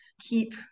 keep